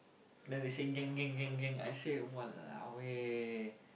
then they say gang gang gang gang I say !walao! eh